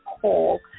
call